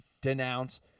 denounce